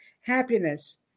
Happiness